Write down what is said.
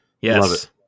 Yes